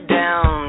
down